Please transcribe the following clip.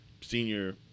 senior